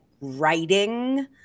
writing